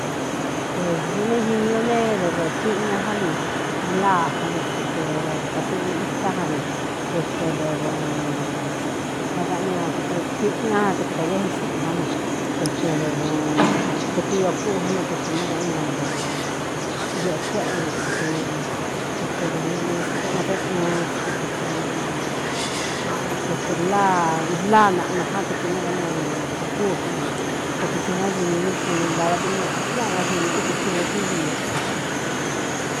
Pues ñuꞌnéé gini ñu nee dɨvɨ tiꞌin ña já vi láa ján vi kɨtɨ kātɨꞌvɨ itá ján vi kɨtɨ dɨv nákꞌan ña kɨtɨ tiꞌin ñá a kɨtɨ kācéji xúꞌūn ján vi kɨkɨtɨ iō kúꞌū n ne kɨtɨ nákaꞌan ñadɨvɨ xeꞌē kuéꞌe vi kɨtɨ dɨvɨ ñaꞌna ni skutɨn tɨ ɨɨn sku ɨkɨtɨ̄ nláa naꞌnu ján kɨtɨ nákaꞌan ñadɨvɨ kūkúū ján vi kɨtɨ tsi ngá xini u vi si dāva tɨ nñáꞌa ngáxini ú kɨtɨ tsi ngachiín xini ñu.